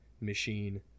machine